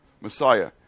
Messiah